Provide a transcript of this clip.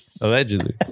Allegedly